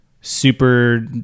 super